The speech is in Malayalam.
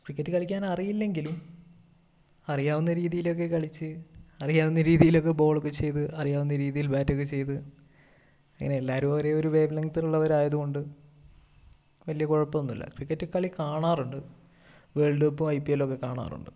ക്രിക്കറ്റ് കളിക്കാൻ അറിയില്ലെങ്കിലും അറിയാവുന്ന രീതിയിലൊക്കെ കളിച്ച് അറിയാവുന്ന രീതിയിലൊക്കെ ബോൾ ഒക്കെ ചെയ്ത് അറിയാവുന്ന രീതിയിൽ ബാറ്റ് ഒക്കെ ചെയ്ത് ഇങ്ങനെ എല്ലാവരും ഒരേയൊരു വേവ്ലെങ്ങ്ത്ത് ഉള്ളവരായത് കൊണ്ട് വലിയ കുഴപ്പമൊന്നുമില്ല ക്രിക്കറ്റ് കളി കാണാറുണ്ട് വേൾഡ് കപ്പും ഐ പി എല്ലും ഒക്കെ കാണാറുണ്ട്